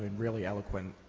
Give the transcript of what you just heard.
really eloquent.